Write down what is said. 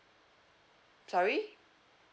sorry